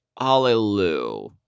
Hallelujah